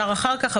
אפשר אחר כך.